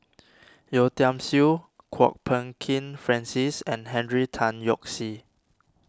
Yeo Tiam Siew Kwok Peng Kin Francis and Henry Tan Yoke See